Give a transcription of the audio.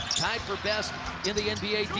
tied for best in the nba